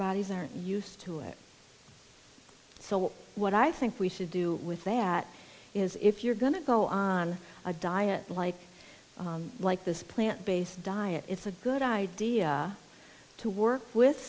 bodies aren't used to it so what i think we should do with that is if you're going to go on a diet like like this plant based diet it's a good idea to work with